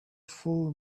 full